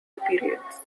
periods